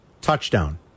Touchdown